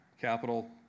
capital